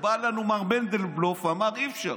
בא לנו מר מנדלבלוף, אמר: אי-אפשר,